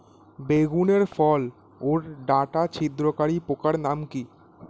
বেগুনের ফল ওর ডাটা ছিদ্রকারী পোকার নাম কি?